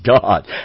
God